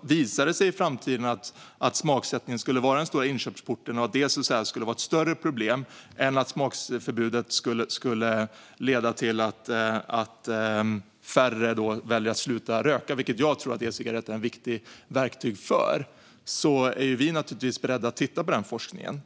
Visar det sig i framtiden att smaksättningen skulle vara den stora inkörsporten och att det skulle vara ett större problem än att smakförbudet skulle leda till att färre slutar röka - jag tror att e-cigaretterna är ett viktigt verktyg för att fler ska sluta röka - är vi naturligtvis beredda att titta på den forskningen.